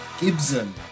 Gibson